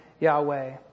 Yahweh